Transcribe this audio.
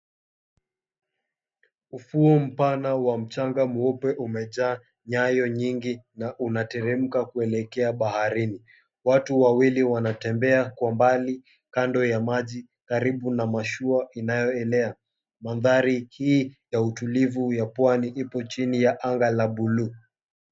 Ufuo mpana wa mchanga mweupe umejaa nyayo nyingi na unateremka kuelekea baharini. Watu wawili wanatembea kwa mbali kando ya maji karibu na mashua inayoelea. Mandhari hii ya utulivu ya pwani ipo chini ya anga la buluu.